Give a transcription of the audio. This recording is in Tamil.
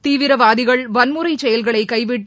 தீவிரவாதிகள் வன்முறைச்செயல்களை கைவிட்டு